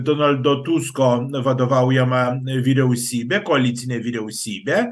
donaldo tusko vadovaujamą vyriausybę koalicinę vyriausybę